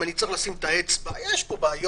אם אני צריך לשים את האצבע יש פה בעיות,